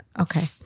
Okay